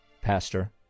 Pastor